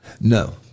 No